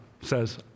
says